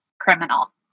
criminal